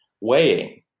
weighing